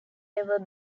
never